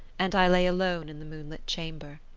and i lay alone in the moonlit chamber.